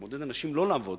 זה מעודד אנשים לא לעבוד,